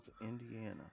Indiana